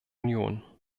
union